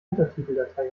untertiteldatei